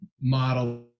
model